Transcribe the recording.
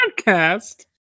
podcast